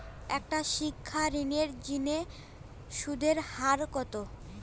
একটা শিক্ষা ঋণের জিনে সুদের হার কত?